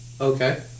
Okay